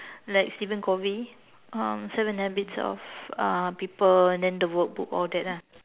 like Steven covey um seven habits of uh people and then the workbook all that lah